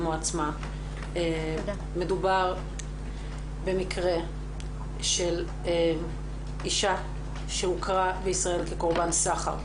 מדובר במקרה של אישה שהוכרה בישראל כקורבן סחר.